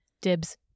Dibs